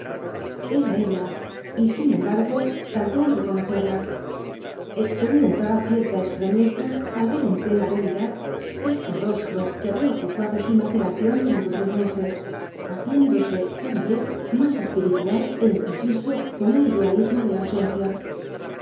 era ella y sin embargo tardó en reconocerla experimentaba cierta extrañeza al ver en plena realidad este rostro que había ocupado su imaginación durante tree meses haciéndose cada vez más espiritual é impreciso con el idealismo de la ausencia